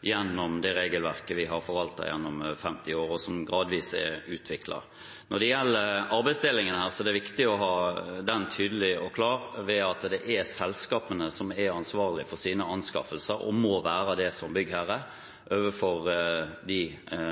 gjennom det regelverket vi har forvaltet gjennom 50 år, og som gradvis er utviklet. Når det gjelder arbeidsdelingen her, er det viktig å ha den tydelig og klar: Det er selskapene som er ansvarlige for sine anskaffelser, og som byggherre må de være det overfor de